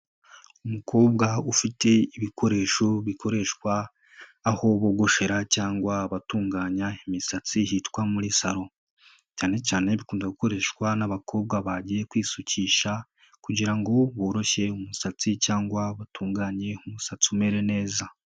Umukobwa ufite ibikoresho bikoreshwa aho bogoshera cyangwa abatunganya imisatsi hitwa muri salon. Cyane cyane bikunda gukoreshwa n'abakobwa bagiye kwisukisha kugirango ngo boroshye umusatsi cyangwa batunganye umusatsi umere neza.